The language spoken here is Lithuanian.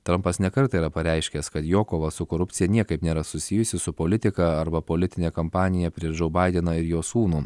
trampas ne kartą yra pareiškęs kad jo kova su korupcija niekaip nėra susijusi su politika arba politine kampanija prieš džou badeną ir jo sūnų